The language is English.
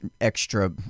extra